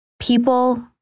People